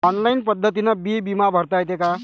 Online पद्धतीनं बी बिमा भरता येते का?